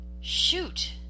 Shoot